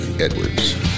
Edwards